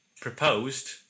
proposed